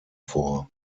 vor